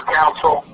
council